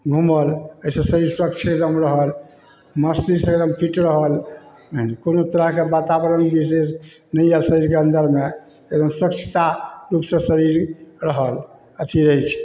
घुमल एहिसँ शरीर स्वच्छ एकदम रहल मस्ती से एकदम फिट रहल एहन कोनो तरहके वातावरण विशेष नहि आएल शरीरके अन्दरमे एकदम स्वच्छता रूपसे शरीर रहल अथी रहै अछि